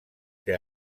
que